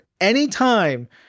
Anytime